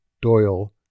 Doyle